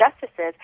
justices